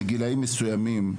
מגילאים מסוימים,